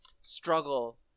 struggle